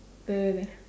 the